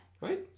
Right